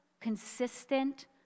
consistent